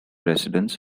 residents